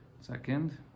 Second